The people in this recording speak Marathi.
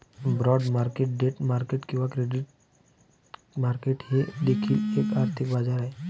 बाँड मार्केट डेट मार्केट किंवा क्रेडिट मार्केट हे देखील एक आर्थिक बाजार आहे